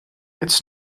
it’s